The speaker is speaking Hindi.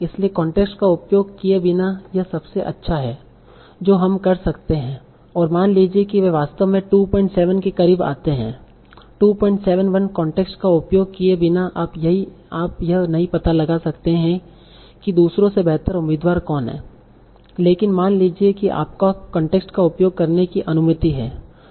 इसलिए कॉन्टेक्स्ट का उपयोग किए बिना यह सबसे अच्छा है जो हम कर सकते हैं और मान लीजिए कि वे वास्तव में 27 के करीब आते हैं 271 कॉन्टेक्स्ट का उपयोग किए बिना आप यह नहीं पता लगा सकते हैं कि दूसरे से बेहतर उम्मीदवार कौन है लेकिन मान लीजिए कि आपको कॉन्टेक्स्ट का उपयोग करने की अनुमति है